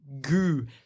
goo